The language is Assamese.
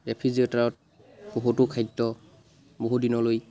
ৰেফ্ৰিজৰেটাৰত বহুতো খাদ্য বহু দিনলৈ